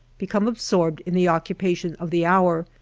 become absorbed in the occupa tion of the hour,